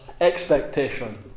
expectation